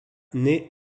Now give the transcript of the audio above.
naît